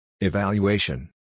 Evaluation